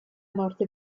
morte